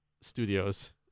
Studios